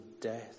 death